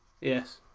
Yes